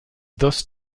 thus